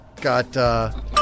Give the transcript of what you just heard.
got